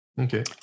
Okay